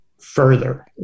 further